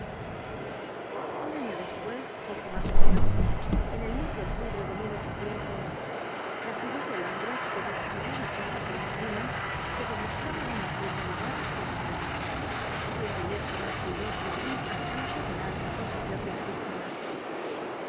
un año después poco más ó menos en el mes de octubre de la ciudad de londres quedó horrorizada por un crimen que demostraba una brutalidad poco común siendo el hecho más ruidoso aun á causa de la alta posición de la víctima